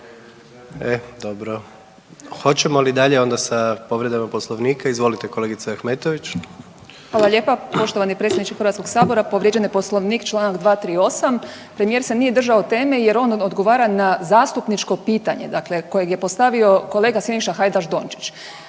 E dobro. Hoćemo li dalje onda sa povredama Poslovnika? Izvolite kolegice Ahmetović. **Ahmetović, Mirela (SDP)** Hvala lijepa poštovani predsjedniče HS-a. Povrijeđen je Poslovnik čl. 238. premijer se nije držao teme jer on odgovora na zastupničko pitanje kojeg je postavio kolega Siniša Hajdaš Dončić.